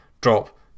drop